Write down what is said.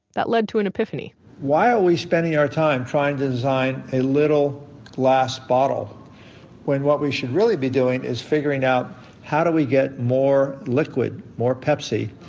that led to an epiphany why are we spending our time trying to design a little glass bottle when what we should really be doing is figuring out how do we get more liquid, more pepsi,